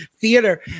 theater